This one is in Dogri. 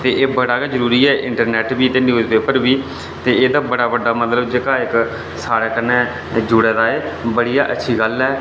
ते एह् बड़ा गै जदरूरी ऐ इंटरनैट्ट बी ते न्यूज़ पेपर बी ते एह्दा बड़ा बड्डा मतलब जेह्का इक्क साढ़े कन्नै जुड़े दा ऐ बधिया बड़ी अच्छी गल्ल ऐ एह्